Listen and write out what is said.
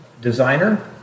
designer